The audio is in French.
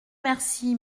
merci